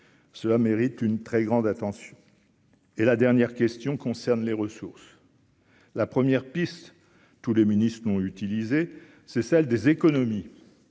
cela mérite une très grande attention et la dernière question concerne les ressources, la première piste tous les ministres ont utilisé, c'est celle des économies,